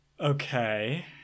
Okay